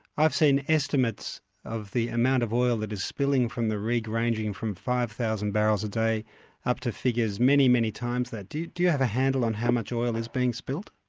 i've seen estimates of the amount of oil that is spilling from the rig, ranging from five thousand barrels a day up to figures many, many times that. do you do you have a handle on how much oil is being spilt?